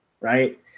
right